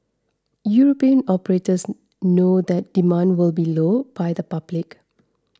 European operators know that demand will be low by the public